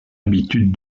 habitude